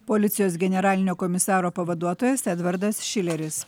policijos generalinio komisaro pavaduotojas edvardas šileris